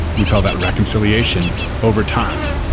we call that reconciliation over time,